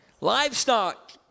livestock